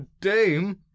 dame